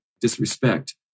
disrespect